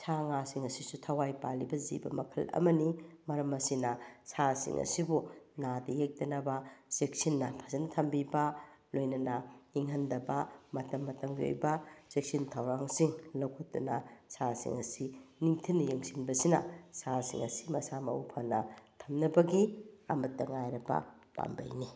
ꯁꯥ ꯉꯥꯁꯤꯡ ꯑꯁꯤꯁꯨ ꯊꯋꯥꯏ ꯄꯥꯜꯂꯤꯕ ꯖꯤꯕ ꯃꯈꯜ ꯑꯃꯅꯤ ꯃꯔꯝ ꯑꯁꯤꯅ ꯁꯥꯁꯤꯡ ꯑꯁꯤꯕꯨ ꯅꯥꯗ ꯌꯦꯛꯇꯅꯕ ꯆꯦꯛꯁꯤꯟꯅ ꯐꯖꯅ ꯊꯝꯕꯤꯕ ꯂꯣꯏꯅꯅ ꯏꯪꯍꯟꯗꯕ ꯃꯇꯝ ꯃꯇꯝꯒꯤ ꯑꯣꯏꯕ ꯆꯦꯛꯁꯤꯟ ꯊꯧꯔꯥꯡꯁꯤꯡ ꯂꯧꯈꯠꯇꯨꯅ ꯁꯥ ꯁꯤꯡ ꯑꯁꯤ ꯅꯤꯡꯊꯤꯅ ꯌꯦꯡꯁꯤꯟꯕꯁꯤꯅ ꯁꯥꯁꯤꯡ ꯑꯁꯤ ꯃꯁꯥ ꯃꯎ ꯐꯅ ꯊꯝꯅꯕꯒꯤ ꯑꯃꯠꯇ ꯉꯥꯏꯔꯕ ꯄꯥꯝꯕꯩꯅꯤ